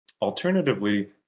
Alternatively